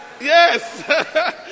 Yes